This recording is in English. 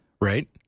Right